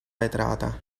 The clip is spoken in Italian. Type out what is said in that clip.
vetrata